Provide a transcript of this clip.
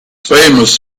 famous